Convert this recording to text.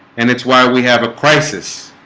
and it's why we have a crisis.